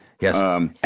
Yes